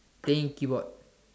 playing keyboard